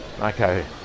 okay